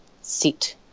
sit